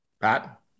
Pat